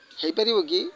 ହେଇପାରିବ କି